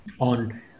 on